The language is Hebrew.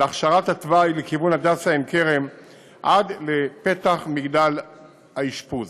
להכשרת התוואי לכיוון הדסה עין כרם עד לפתח מגדל האשפוז.